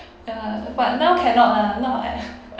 ya but now cannot lah now I